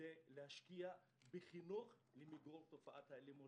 כדי להשקיע בחינוך למיגור תופעת האלימות